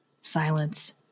Silence